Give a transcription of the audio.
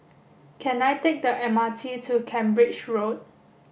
can I take the M R T to Cambridge Road